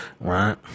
Right